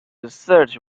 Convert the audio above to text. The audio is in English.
research